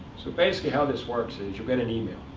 so basically, how this works and is, you'll get an email.